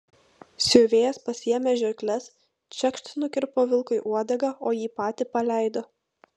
siuvėjas pasiėmė žirkles čekšt nukirpo vilkui uodegą o jį patį paleido